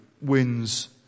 wins